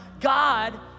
God